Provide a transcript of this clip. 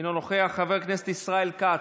אינו נוכח, חבר הכנסת ישראל כץ,